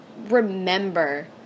remember